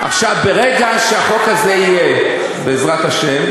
ברגע שהחוק הזה יהיה, בעזרת השם,